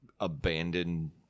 abandoned